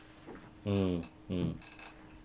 mm mm